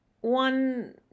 One